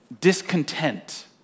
discontent